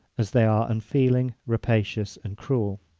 as they are unfeeling, rapacious and cruel.